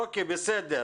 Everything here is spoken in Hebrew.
אוקי בסדר.